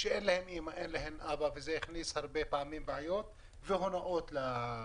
כשאין להם אימא ואבא וזה הכניס הרבה פעמים בעיות והונאות הלקוחות.